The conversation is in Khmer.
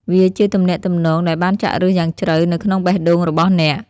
វាជាទំនាក់ទំនងដែលបានចាក់ឫសយ៉ាងជ្រៅនៅក្នុងបេះដូងរបស់អ្នក។